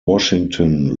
washington